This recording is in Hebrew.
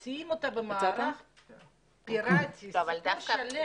מסיעים אותה במערך פירטי, זה סיפור שלם.